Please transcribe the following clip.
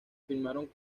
filmaron